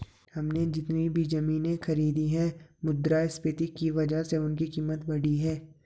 हमने जितनी भी जमीनें खरीदी हैं मुद्रास्फीति की वजह से उनकी कीमत बढ़ी है